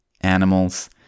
animals